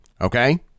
okay